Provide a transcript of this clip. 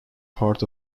part